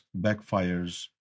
backfires